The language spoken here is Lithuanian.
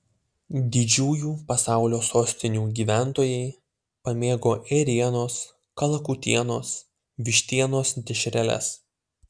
didžiųjų pasaulio sostinių gyventojai pamėgo ėrienos kalakutienos vištienos dešreles